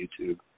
YouTube